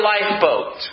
lifeboat